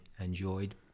enjoyed